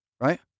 right